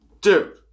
Dude